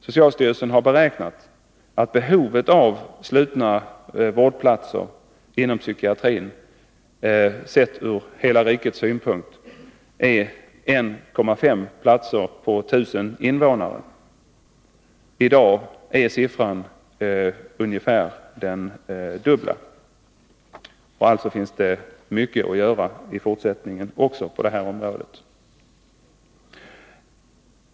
Socialstyrelsen har beräknat att behovet av slutna vårdplatser inom psykiatrin, sett ur hela rikets synpunkt, är 1,5 platser på 1 000 invånare. I dag är siffran ungefär den dubbla. Alltså finns det mycket att göra i fortsättningen också på det här området.